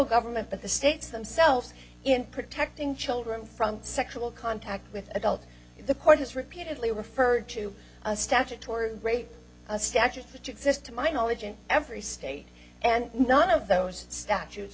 government but the states themselves in protecting children from sexual contact with adults the court has repeatedly referred to a statutory rape statute which exist to my knowledge in every state and not of those statutes